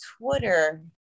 Twitter